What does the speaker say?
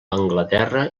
anglaterra